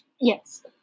Yes